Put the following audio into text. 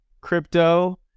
crypto